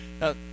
Now